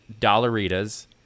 Dollaritas